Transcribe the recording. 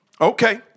Okay